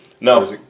No